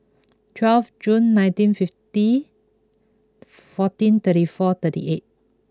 twelve June nineteen fifty fourteen thirty four thirty eight